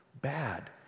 bad